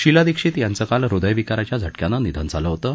शीला दिक्षीत यांचं काल हृदयविकाराच्या झा ियानं निधन झालं होतं